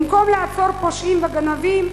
במקום לעצור פושעים וגנבים,